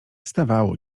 zdawało